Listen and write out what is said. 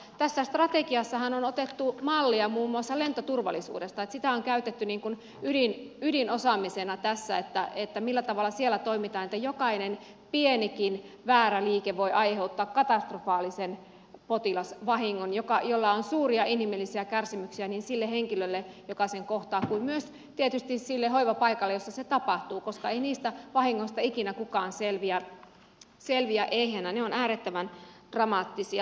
tässä strategiassahan on otettu mallia muun muassa lentoturvallisuudesta sitä on käytetty niin kuin ydinosaamisena tässä millä tavalla siellä toimitaan kun jokainen pienikin väärä liike voi aiheuttaa katastrofaalisen potilasvahingon joka tuottaa suuria inhimillisiä kärsimyksiä niin sille henkilölle joka sen kohtaa kuin myös tietysti sille hoivapaikalle jossa se tapahtuu koska ei niistä vahingoista ikinä kukaan selviä ehjänä ne ovat äärettömän dramaattisia